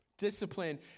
discipline